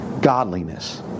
godliness